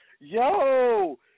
Yo